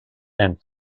and